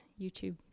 YouTube